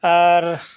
আর